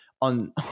on